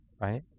right